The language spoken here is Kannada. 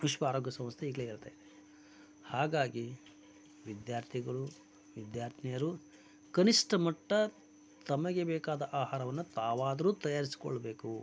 ವಿಶ್ವ ಆರೋಗ್ಯ ಸಂಸ್ಥೆ ಈಗಲೇ ಹೇಳ್ತ ಇದೆ ಹಾಗಾಗಿ ವಿದ್ಯಾರ್ಥಿಗಳು ವಿದ್ಯಾರ್ಥಿನಿಯರು ಕನಿಷ್ಠ ಮಟ್ಟ ತಮಗೆ ಬೇಕಾದ ಆಹಾರವನ್ನು ತಾವಾದರೂ ತಯಾರಿಸಿಕೊಳ್ಬೇಕು